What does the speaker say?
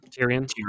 Tyrion